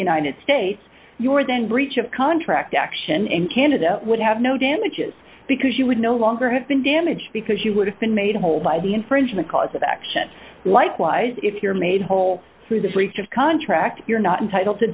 united states your then breach of contract action in canada would have no damages because you would no longer have been damaged because you would have been made whole by the infringement cause of action likewise if you're made whole through the breach of contract you're not entitled to